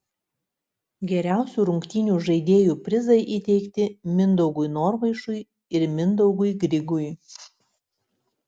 geriausių rungtynių žaidėjų prizai įteikti mindaugui norvaišui ir mindaugui grigui